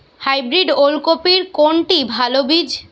Hybrid ওল কপির কোনটি ভালো বীজ?